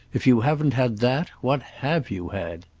if you haven't had that what have you had?